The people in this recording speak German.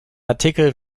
artikel